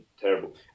terrible